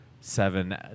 seven